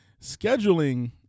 scheduling